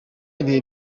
ibihe